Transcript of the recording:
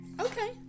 okay